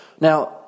Now